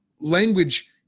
language